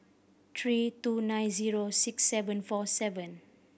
three two nine zero six seven four seven